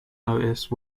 notice